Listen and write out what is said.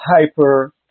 hyper